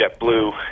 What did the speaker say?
JetBlue